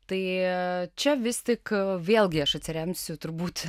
tai čia vis tik vėlgi aš atsiremsiu turbūt